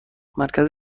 مرکز